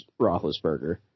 Roethlisberger